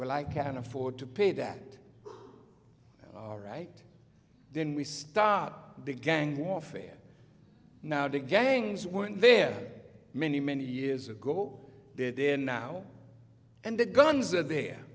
well i can't afford to pay that all right then we start the gang warfare now to gangs weren't there many many years ago they're there now and the guns are there